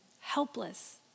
helpless